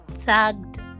tagged